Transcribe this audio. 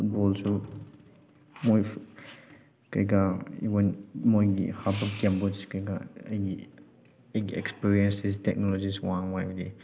ꯐꯨꯠꯕꯣꯜꯁꯨ ꯃꯣꯏ ꯀꯩꯀꯥ ꯏꯕꯟ ꯃꯣꯏꯒꯤ ꯀꯩꯀꯥ ꯑꯩꯒꯤ ꯑꯩꯒꯤ ꯑꯦꯛꯁꯄꯔꯤꯌꯦꯟꯁꯇꯗꯤ ꯇꯦꯛꯅꯣꯂꯣꯖꯤꯁ ꯋꯥꯡꯉꯨ ꯍꯥꯏꯕꯒꯤ